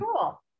cool